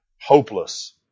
hopeless